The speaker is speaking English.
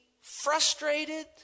frustrated